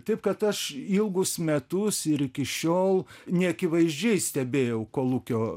taip kad aš ilgus metus ir iki šiol neakivaizdžiai stebėjau kolūkio